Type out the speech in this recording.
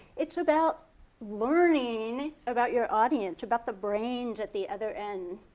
it's about learning about your audience, about the brains at the other end,